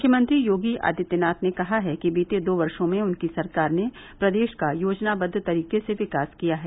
मुख्यमंत्री योगी आदित्यनाथ ने कहा है कि बीते दो वर्षो में उनकी सरकार ने प्रदेश का योजनाबद्व तरीके से विकास किया है